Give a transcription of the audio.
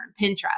Pinterest